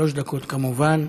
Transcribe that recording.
שלוש דקות, כמובן,